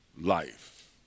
life